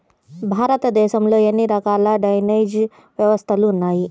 భారతదేశంలో ఎన్ని రకాల డ్రైనేజ్ వ్యవస్థలు ఉన్నాయి?